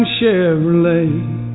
Chevrolet